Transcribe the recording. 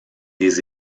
des